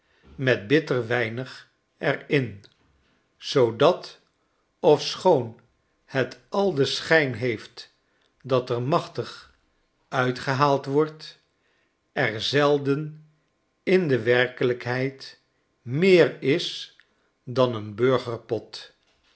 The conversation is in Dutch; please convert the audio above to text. met bitter weinig er in zoodat ofsehoon het al den schijn heeft dat er machtig uitgehaald wordt er zelden in de werkelijkheid meer is dan een burgerpot